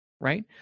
right